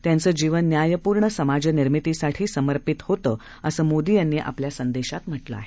त्याचं जीवन न्यायपूर्ण समाजनिर्मितीसाठी समर्पित होतं असं मोदी यांनी आपल्या संदेशात म्हटलं आहे